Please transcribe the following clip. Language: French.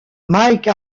mike